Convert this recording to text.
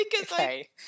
Okay